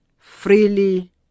freely